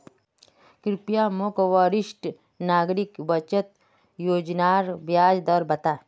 कृप्या मोक वरिष्ठ नागरिक बचत योज्नार ब्याज दर बता